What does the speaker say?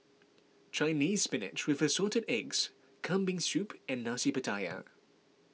Chinese Spinach with Assorted Eggs Kambing Soup and Nasi Pattaya